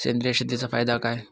सेंद्रिय शेतीचा फायदा काय?